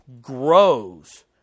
grows